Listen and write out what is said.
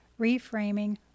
Reframing